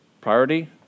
Priority